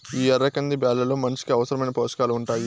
ఈ ఎర్ర కంది బ్యాళ్ళలో మనిషికి అవసరమైన పోషకాలు ఉంటాయి